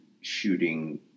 shooting